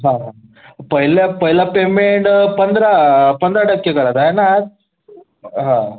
हां हां पहिल्या पहिला पेमेंड पंधरा पंधरा टक्के करायचा आहे ना आज हां